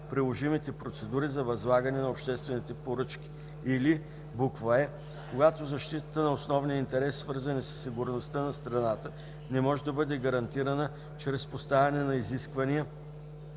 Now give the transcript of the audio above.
приложимите процедури за възлагане на поръчките, или е) когато защитата на основни интереси, свързани със сигурността на страната, не може да бъде гарантирана чрез поставяне на изисквания,